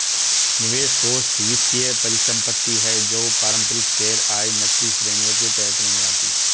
निवेश कोष वित्तीय परिसंपत्ति है जो पारंपरिक शेयर, आय, नकदी श्रेणियों के तहत नहीं आती